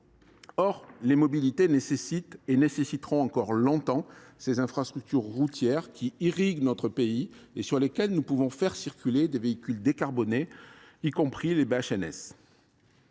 Or les mobilités nécessitent et nécessiteront encore longtemps ces infrastructures routières qui irriguent notre pays et sur lesquelles nous pouvons faire circuler des véhicules décarbonés, y compris les bus